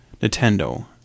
Nintendo